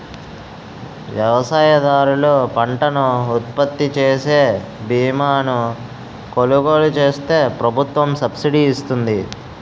వ్యవసాయదారులు పంటను ఉత్పత్తిచేసే బీమాను కొలుగోలు చేస్తే ప్రభుత్వం సబ్సిడీ ఇస్తుంది